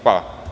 Hvala.